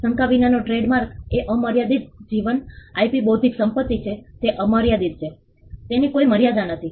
શંકા વિનાનો ટ્રેડમાર્ક એ અમર્યાદિત જીવન IP બૌદ્ધિક સંપત્તિ છે તે અમર્યાદિત છે તેની કોઈ મર્યાદા નથી